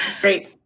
Great